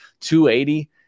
280